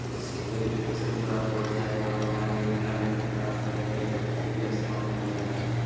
verification पूरा हो जाय पर ऑनलाइन ऋण आवेदन प्राप्त करे के प्रक्रिया समाप्त हो जा हय